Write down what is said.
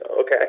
okay